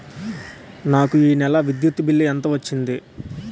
నాకు ఈ నెల విద్యుత్ బిల్లు ఎంత వచ్చింది?